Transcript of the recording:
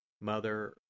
Mother